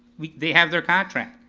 they have their contract.